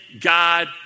God